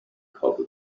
coca